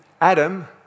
Adam